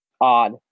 odd